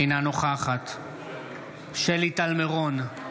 נוכחת מרב מיכאלי, אינה נוכחת שלי טל מירון,